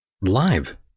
live